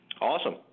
Awesome